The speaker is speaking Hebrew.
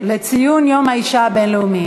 לדיון מוקדם בוועדה